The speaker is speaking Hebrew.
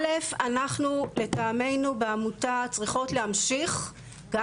א' אנחנו לטעמנו בעמותה צריכות להמשיך גם